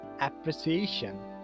appreciation